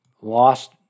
lost